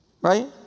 Right